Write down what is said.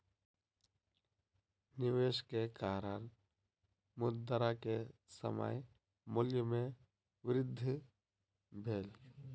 निवेश के कारण, मुद्रा के समय मूल्य में वृद्धि भेल